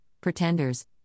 Pretenders